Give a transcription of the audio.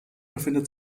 befindet